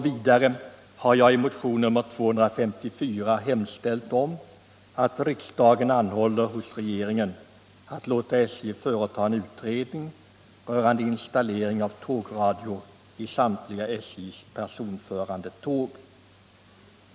Vidare har jag i motionen 254 hemställt att riksdagen anhåller att regeringen låter SJ företa en utredning rörande installering av tågradio i samtliga SJ:s personförande tåg.